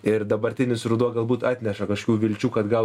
ir dabartinis ruduo galbūt atneša kažkokių vilčių kad gal